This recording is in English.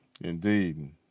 Indeed